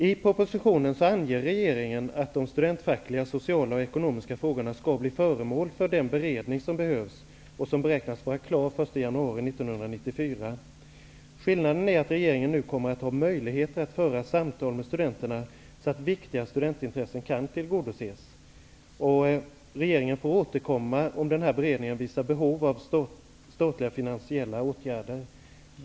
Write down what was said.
I propositionen anger regeringen att studenternas fackliga, sociala och ekonomiska frågor skall bli föremål för den beredning som behövs, vilken beräknas bli klar den 1 januari 1994. Skillnaden är att regeringen nu kommer att ha möjlighet att föra samtal med studenterna så att viktiga studentintressen kan tillgodoses. Regeringen får återkomma om den här beredningen visar på behov av statliga finansiella åtgärder.